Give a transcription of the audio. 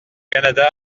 canada